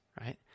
right